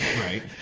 Right